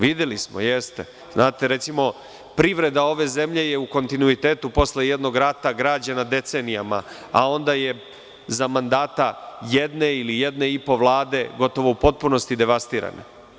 Videli smo, jeste, znate recimo privreda ove zemlje je u kontinuitetu posle jednog rata građena decenijama, a onda je za mandata jedne ili jedne i po Vlade gotovo u potpunosti devastirana.